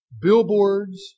billboards